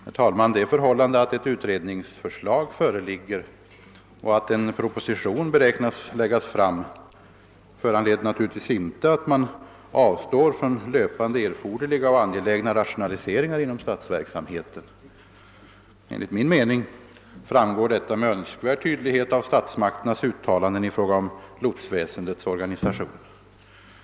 Herr talman! Det förhållandet att ett utredningsförslag föreligger och att en proposition beräknas bli framlagd i en fråga föranleder naturligtvis inte att man avstår från löpande erforderliga och angelägna rationaliseringar inom statsverksamheten. Enligt min mening framgår detta med önskvärd tydlighet av statsmakternas uttalanden i fråga om lotsväsendets organisation.